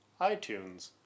iTunes